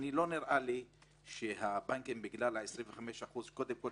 לא נראה לי שהבנקים בגלל ה-25% קודם כול,